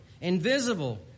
invisible